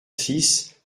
six